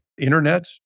Internet